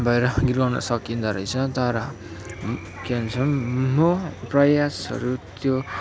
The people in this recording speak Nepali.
भएर गीत गाउन सकिँदोरहेछ तर के भन्छ म प्रयासहरू त्यो